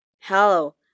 Hello